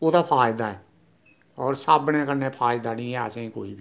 ओह्दा फायदा ऐ और साबने कन्नै फायदा नी ऐ असेंगी कोई बी